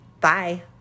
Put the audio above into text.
Bye